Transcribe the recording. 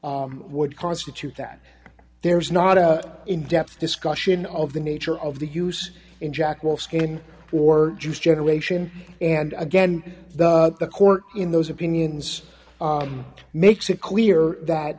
use would constitute that there's not a in depth discussion of the nature of the use in jacmel skin or just generation and again the court in those opinions makes it clear that